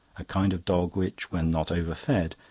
a kind of dog which, when not overfed,